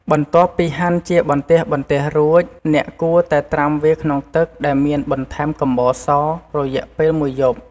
បន្ទាប់ពីហាន់ជាបន្ទះៗរួច អ្នកគួរតែត្រាំវាក្នុងទឹក ដែលមានបន្ថែមកំបោរស រយៈពេលមួយយប់។